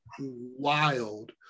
wild